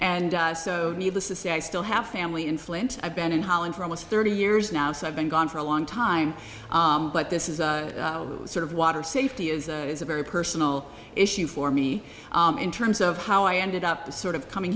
and so needless to say i still have family in flint i've been in holland for almost thirty years now so i've been gone for a long time but this is sort of water safety is is a very personal issue for me in terms of how i ended up the sort of coming